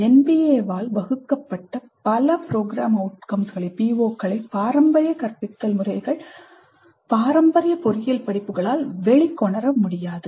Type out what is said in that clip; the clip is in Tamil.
NBA ஆல் வகுக்கப்பட்ட பல PO களை பாரம்பரிய கற்பித்தல் முறைகள் பாரம்பரிய பொறியியல் படிப்புகளால் வெளிக்கொணர முடியாது